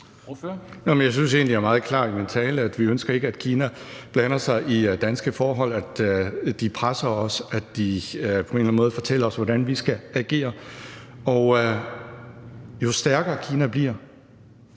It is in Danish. jeg sagde meget klart i min tale, at vi ikke ønsker, at Kina blander sig i danske forhold; at de presser os; at de på en eller anden måde fortæller os, hvordan vi skal agere. Jo stærkere Kina bliver,